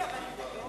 בבקשה.